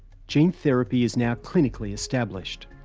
gene therapy is now clinically established.